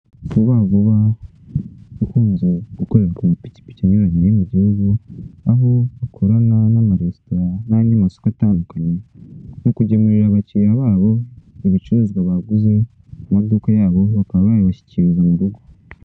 Vuba vuba ikunze gukorerwa ku mapikipiki anyuranye yo mu gihugu, aho bakorana n'amaresitora n'andi masoko atandukanye mu kugemurira abakiriya babo ibicuruzwa baguze mu maduka yabo, bakaba babibashyikiriza mu rugo.